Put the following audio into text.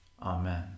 Amen